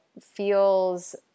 feels